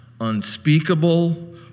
unspeakable